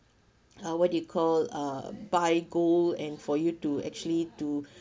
uh what do you call uh buy gold and for you to actually to